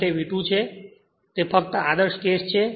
તેથી તે ફક્ત આદર્શ કેસ છે